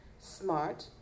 Smart